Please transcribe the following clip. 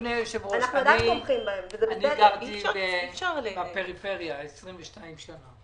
אדוני היושב-ראש, אני גרתי בפריפריה 22 שנה.